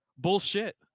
Bullshit